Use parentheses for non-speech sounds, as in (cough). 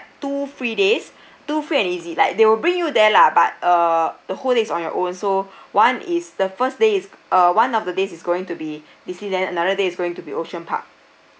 two free days (breath) two free and easy like they will bring you there lah but uh the whole day's on your own so (breath) one is the first day is uh one of the days is going to be Disneyland another day is going to be ocean park